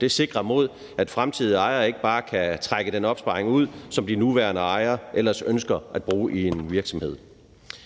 det sikrer mod, at fremtidige ejere ikke bare kan trække den opsparing ud, som de nuværende ejere ellers ønsker at bruge i en virksomhed.